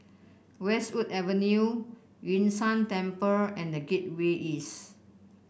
Westwood Avenue Yun Shan Temple and The Gateway East